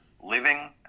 living